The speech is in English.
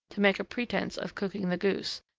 to make a pretence of cooking the goose,